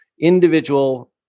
individual